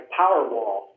Powerwall